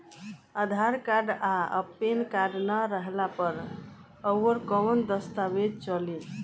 आधार card आ PAN card ना रहला पर अउरकवन दस्तावेज चली?